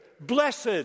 Blessed